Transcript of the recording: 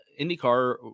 IndyCar